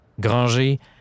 Granger